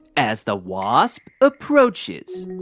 as the wasp approaches